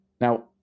Now